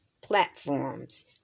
platforms